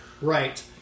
Right